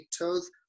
toes